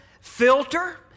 filter